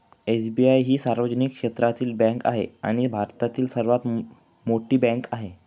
SBI ही सार्वजनिक क्षेत्रातील बँक आहे आणि भारतातील सर्वात मोठी बँक आहे